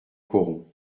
coron